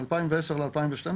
ב-2010-2012,